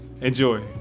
Enjoy